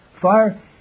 Fire